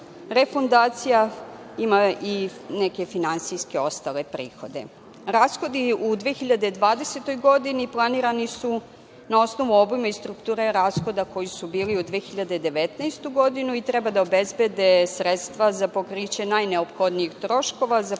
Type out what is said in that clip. refundacija, ima i neke finansijske ostale prihode. Rashodi u 2020. godini planirani su na osnovu obima i strukture rashoda koji su bili u 2019. godini i treba da obezbede sredstva za pokriše najneophodnijih troškova